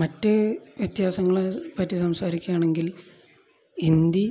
മറ്റു വ്യത്യാസങ്ങളെപ്പറ്റി സംസാരിക്കുകയാണെങ്കിൽ ഹിന്ദി